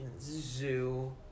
zoo